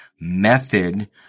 method